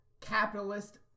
capitalist